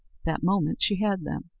that moment she had them.